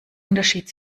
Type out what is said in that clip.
unterschied